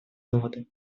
доводы